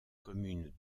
communes